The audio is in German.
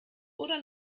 oder